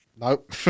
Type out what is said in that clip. Nope